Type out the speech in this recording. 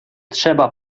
trzeba